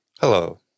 Hello